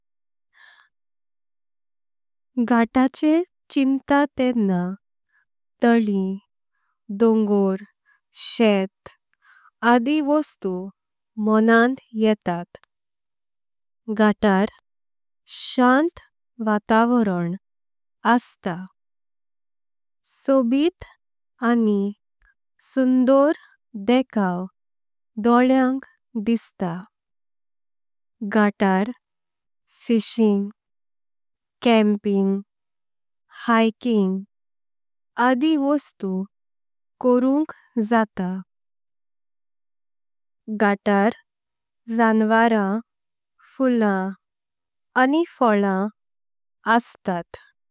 घाटाचें चिंता तेड़ना ताळ्ळी, डोंगर, शेत आदी। वस्तुं मोनांत येता घातार शांत वातावरण असता। सोबीत आनी सुंदर देखाव ढोल्यांक दिसता। घातार फिशिंग, कॅम्पिंग, हाईकिंग आदी वस्तुं। करुंक जाता घातार जानवारां फुलां आनी फळां अस्तात।